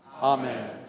Amen